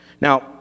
Now